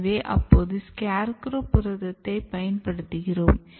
எனவே அப்போது SCARECROW புரதத்தை பயன்படுத்துகிறோம்